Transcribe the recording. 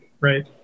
Right